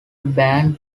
band